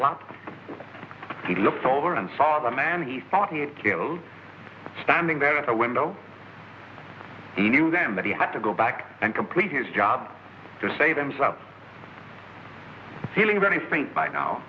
lot he looked over and saw the man he thought he had killed standing there at the window he knew them that he had to go back and complete his job to save himself feeling very faint by now